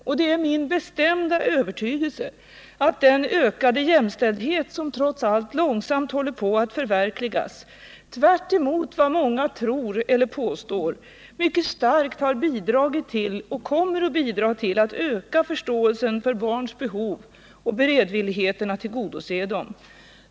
Och det är min bestämda övertygelse att den ökade jämställdhet, som trots allt långsamt håller på att förverkligas, tvärtemot vad många tror eller påstår mycket starkt har bidragit och kommer att bidra till att öka förståelsen för barnens behov och beredvilligheten att tillgodose dem.